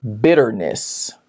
bitterness